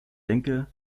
denke